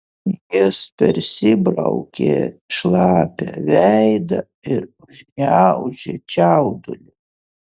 jis persibraukė šlapią veidą ir užgniaužė čiaudulį